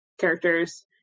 characters